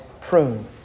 prune